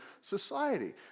society